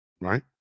right